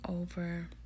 over